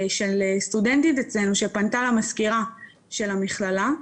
של סטודנטית אצלנו שפנתה למזכירה של המכללה,